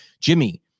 Jimmy